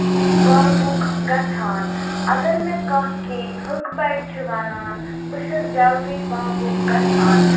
بابُک گژھان اَگر مےٚ کیٚنٛہہ ہُکہٕ بَڑِ چھُ وَنان بہٕ چھَس جلدی باوُک گژھان